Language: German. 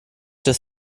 dass